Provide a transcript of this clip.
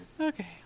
Okay